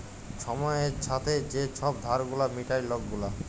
ছময়ের ছাথে যে ছব ধার গুলা মিটায় লক গুলা